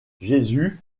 jésus